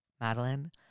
Madeline